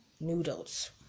noodles